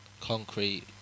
concrete